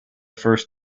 first